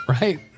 right